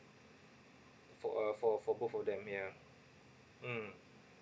for uh for for both of them yeah mm